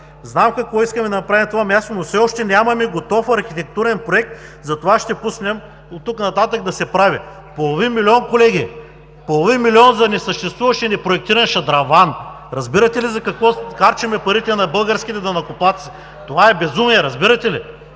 „Знам какво искаме да направим това място, но все още нямаме готов архитектурен проект, затова ще пуснем оттук нататък да се прави“. Половин милион, колеги, половин милион за несъществуващ и непроектиран шадраван! Разбирате ли за какво харчим парите на българските данъкоплатци! Това е безумие! Разбирате ли?